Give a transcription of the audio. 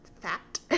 fat